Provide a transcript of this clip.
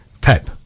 Pep